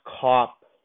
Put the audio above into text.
cop